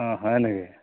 হয় নেকি